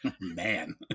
man